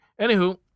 Anywho